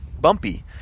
bumpy